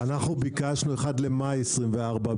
אנחנו ביקשנו 1 למאי 2024,